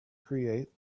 create